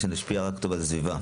שנשפיע רק טוב על הסביבה.